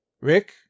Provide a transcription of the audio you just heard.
Rick